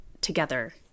together